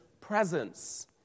presence